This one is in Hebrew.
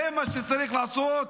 זה מה שצריך לעשות,